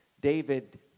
David